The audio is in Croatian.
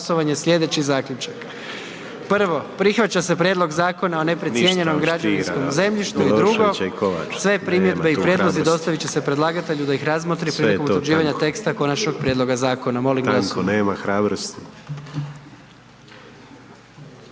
„1. Prihvaća se Prijedlog zakona o Centru za posebno skrbništvo i 2. Sve primjedbe i prijedlozi dostavit će se predlagatelju da ih razmotri prilikom utvrđivanja teksta konačnog prijedloga zakona“. Molim glasujmo.